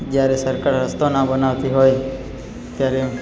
જયારે સરકાર રસ્તા ના બનાવતી હોય ત્યારે